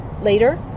later